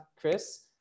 Chris